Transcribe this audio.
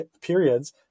periods